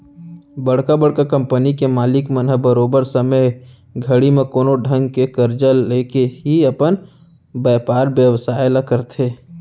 बड़का बड़का कंपनी के मालिक मन ह बरोबर समे घड़ी म कोनो ढंग के करजा लेके ही अपन बयपार बेवसाय ल करथे